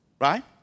right